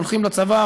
הולכים לצבא,